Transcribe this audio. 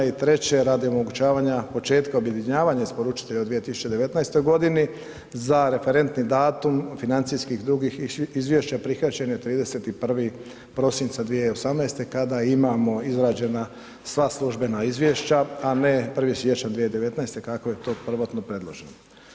I treće, radi omogućavanja početka objedinjavanja isporučitelja u 2019.g. za referentni datum financijskih i drugih izvješća prihvaćen je 31. prosinca 2018. kad imamo izrađena sva službena izvješća, a ne 1. siječnja 2019. kako je to prvotno predloženo.